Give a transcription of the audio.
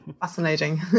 fascinating